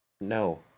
No